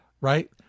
right